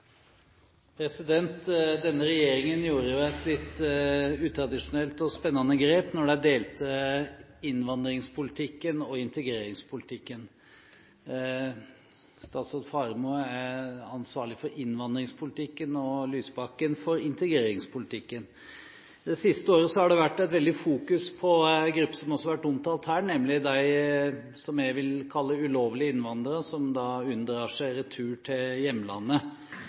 Denne regjeringen gjorde jo et litt utradisjonelt og spennende grep da de delte innvandringspolitikken og integreringspolitikken. Statsråd Faremo er ansvarlig for innvandringspolitikken og Lysbakken for integreringspolitikken. Det siste året har det vært fokusert mye på en gruppe som også har vært omtalt her, nemlig dem som jeg vil kalle ulovlige innvandrere, som unndrar seg retur til hjemlandet.